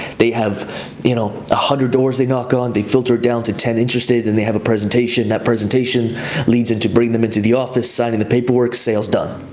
they have you know one hundred doors they knock on, they filter it down to ten interested and they have a presentation, that presentation leads into, bring them into the office, signing the paperwork, sales done.